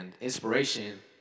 inspiration